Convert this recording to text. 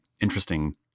interesting